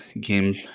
game